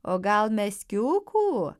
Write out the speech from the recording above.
o gal meskiukų